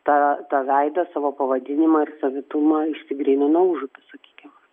ta tą veidą savo pavadinimą ir savitumą išsigrynino užupis sakykim